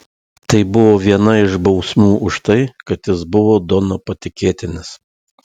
tai buvo viena iš bausmių už tai kad jis buvo dono patikėtinis